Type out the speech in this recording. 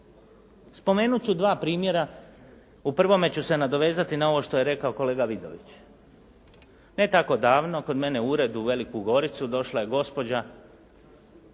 Spomenut ću dva primjera. U prvome ću se nadovezati na ovo što je rekao kolega Vidović. Ne tako davno kod mene u ured u Veliku Goricu došla je gospođa